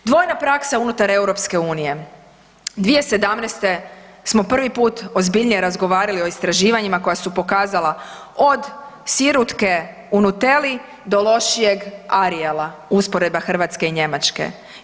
Dvojna praksa unutar EU-a, 2017. smo prvi put ozbiljnije razgovarali o istraživanjima koja su pokazala od sirutke u Nutelli do lošijeg Ariela, usporedba Hrvatske i Njemačke.